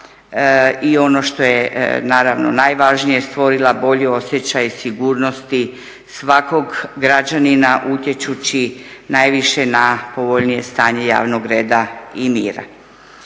i ono što je naravno najvažnije stvorila bolji osjećaj sigurnosti svakog građanina utječući najviše na povoljnije stanje javnog reda i mira.